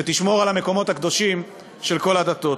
תשמור על המקומות הקדושים של כל הדתות".